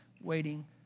waiting